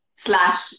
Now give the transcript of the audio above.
Slash